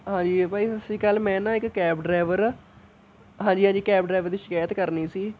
ਹਾਂਜੀ ਭਾਅ ਜੀ ਸਤਿ ਸ਼੍ਰੀ ਅਕਾਲ ਮੈਂ ਨਾ ਇੱਕ ਕੈਬ ਡਰਾਇਵਰ ਅ ਹਾਂਜੀ ਹਾਂਜੀ ਕੈਬ ਡਰਾਇਵਰ ਦੀ ਸ਼ਿਕਾਇਤ ਕਰਨੀ ਸੀ